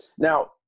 Now